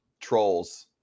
trolls